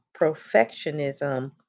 perfectionism